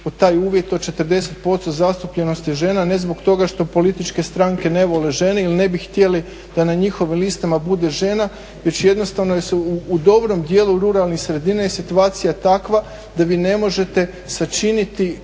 taj uvjet od 40% zastupljenosti žena ne zbog toga što političke stranke ne vole žene ili ne bi htjeli da na njihovim listama bude žena već jednostavno jer u dobrom dijelu ruralnih sredina je situacija takva da vi ne možete sačiniti